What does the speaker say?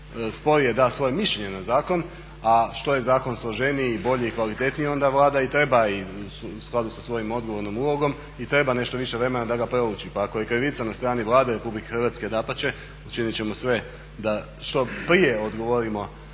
sporije da svoje mišljenje na zakon, a što je zakon složeniji, bolji i kvalitetniji onda Vlada i treba u skladu sa svojom odgovornom ulogom i treba nešto više vremena da ga prouči. Pa ako je krivica na strani Vlade Republike Hrvatske dapače, učinit ćemo sve da što prije odgovorimo